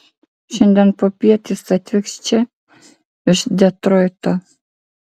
šiandien popiet jis atvyks čia iš detroito